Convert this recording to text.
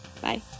Bye